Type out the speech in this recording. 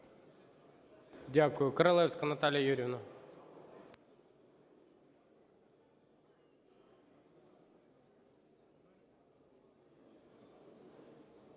Дякую. Королевська Наталія Юріївна.